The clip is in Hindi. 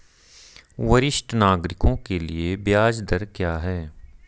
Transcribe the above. वरिष्ठ नागरिकों के लिए ब्याज दर क्या हैं?